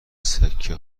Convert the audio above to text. سکه